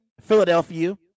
Philadelphia